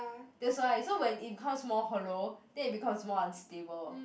that's why so when it becomes more hollow then it becomes more unstable